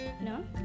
No